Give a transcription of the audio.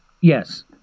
yes